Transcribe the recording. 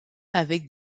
avec